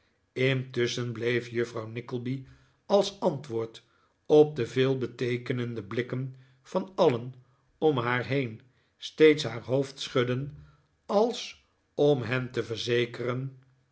intusschen bleef juffrouw nickleby als antwoord op de veelbeteekenende blikken van alien om haar heen steeds haar hoofd schudden als om hen te verzekeren